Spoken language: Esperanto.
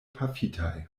pafitaj